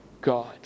God